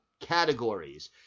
categories